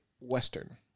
western